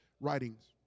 writings